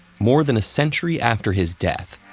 more than a century after his death,